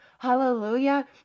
Hallelujah